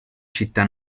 città